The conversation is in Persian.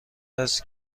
است